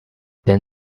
then